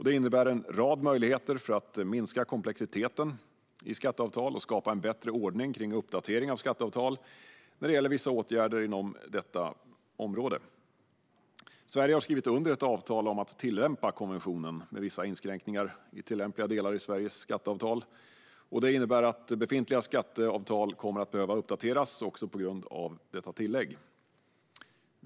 Det innebär en rad möjligheter att minska komplexiteten i skatteavtal och skapa en bättre ordning för uppdatering av skatteavtal när det gäller vissa åtgärder inom detta område. Sverige har skrivit under ett avtal om att tillämpa konventionen, med vissa inskränkningar, i tillämpliga delar i Sveriges skatteavtal. Det innebär att befintliga skatteavtal kommer att behöva uppdateras, också på grund av detta tillägg.